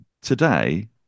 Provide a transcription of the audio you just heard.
today